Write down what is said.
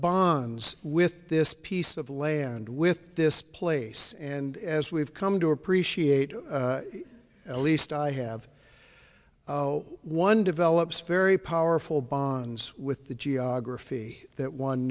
bonds with this piece of land with this place and as we've come to appreciate at least i have one develops very powerful bonds with the geography that one